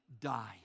die